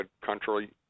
country